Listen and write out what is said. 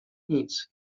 nic